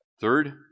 Third